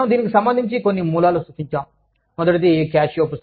పుస్తకాలు కొన్ని పత్రాలు సూచించబడ్డాయి